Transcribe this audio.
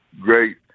great